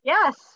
Yes